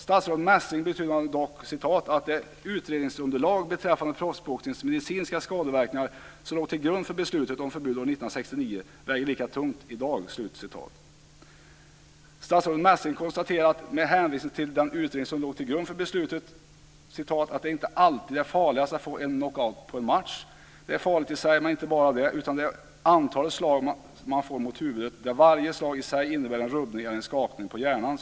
Statsrådet Messing betonade dock "att det utredningsunderlag beträffande proffsboxningens medicinska skadeverkningar som låg till grund för beslutet om förbud år 1969 väger lika tungt i dag." Statsrådet Messing konstaterar, med hänvisning till den utredning som låg till grund för beslutet "att det inte alltid är farligast att få en knockout på en match. Det är farligt i sig, men inte bara det, utan det är antalet slag som man får mot huvudet, där varje slag i sig innebär en rubbning eller en skakning på hjärnan."